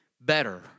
better